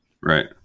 right